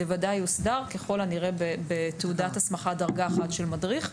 ודאי יוסדר; ככל הנראה בתעודת הסמכה דרגה 1 של מדריך.